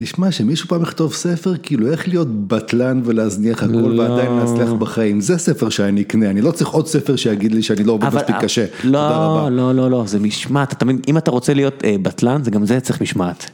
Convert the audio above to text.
נשמע שמישהו פעם יכתוב ספר, כאילו איך להיות בטלן ולהזניח הכל ועדיין להצליח בחיים, זה ספר שאני אקנה, אני לא צריך עוד ספר שיגיד לי שאני לא עובד מספיק קשה, תודה רבה. לא, לא, לא, לא, זה משמעת, אתה מבין, אם אתה רוצה להיות בטלן זה גם זה צריך משמעת.